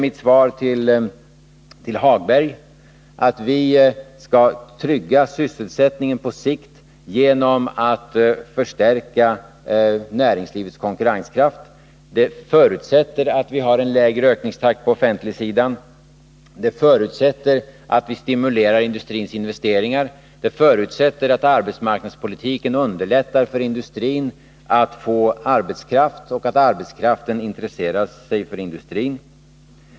Mitt svar till Lars-Ove Hagberg är alltså att vi skall trygga sysselsättningen på sikt genom att förstärka näringslivets konkurrenskraft. Det förutsätter att vi har en lägre ökningstakt på den offentliga sidan. Det förutsätter att vi stimulerar industrins investeringar. Det förutsätter att arbetsmarknadspolitiken underlättar för industrin att få arbetskraft och att arbetskraften intresserar sig för industrin.